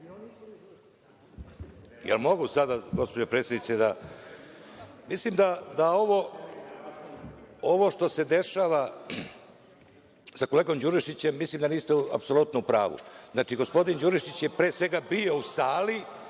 Jel mogu sada, gospođo predsednice? Mislim da ovo što se dešava sa kolegom Đurišićem, mislim da niste apsolutno u pravu. Gospodin Đurišić je pre svega bio u sali